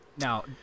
Now